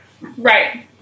right